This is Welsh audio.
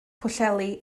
pwllheli